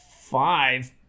Five